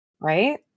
right